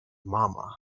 mama